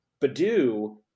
Badu